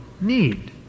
need